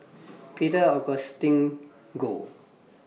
Peter Augustine Goh